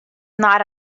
not